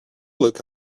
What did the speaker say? look